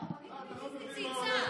לא, רונית הביביסטית צייצה.